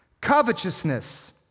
covetousness